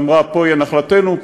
ואמרה: פה תהיה נחלתנו,